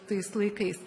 tais laikais